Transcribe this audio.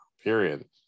Period